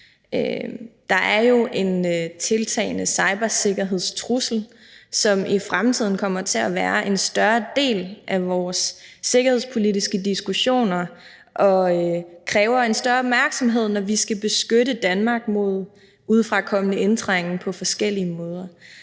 Der er jo en tiltagende cybersikkerhedstrussel, som i fremtiden kommer til at være en større del af vores sikkerhedspolitiske diskussioner, og det vil kræve en større opmærksomhed, når vi skal beskytte Danmark mod udefrakommende indtrængen på forskellige måder.